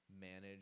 manage